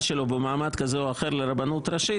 שלו במועמד כזה או אחר לרבנות הראשית,